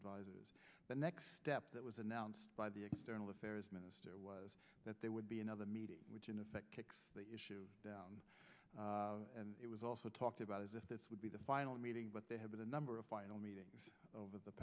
advisers the next step that was announced by the external affairs minister was that there would be another meeting which in effect kicks the issue down and it was also talked about as if this would be the final meeting but they have a number of final meeting over the